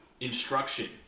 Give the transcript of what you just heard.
instruction